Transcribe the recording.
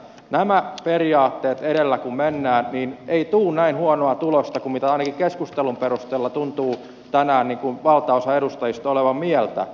nämä periaatteet edellä kun mennään niin ei tule näin huonoa tulosta kuin mitä ainakin keskustelun perusteella tuntuu tänään valtaosa edustajista olevan mieltä